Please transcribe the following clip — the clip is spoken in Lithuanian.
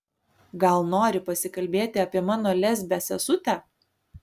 gal nori pasikalbėti apie mano lesbę sesutę